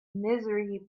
misery